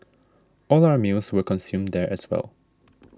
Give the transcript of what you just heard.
all our meals were consumed there as well